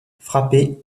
frappé